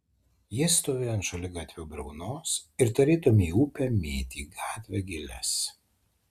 jis stovėjo ant šaligatvio briaunos ir tarytum į upę mėtė į gatvę gėles